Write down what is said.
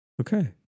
Okay